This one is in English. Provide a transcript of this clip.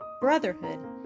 brotherhood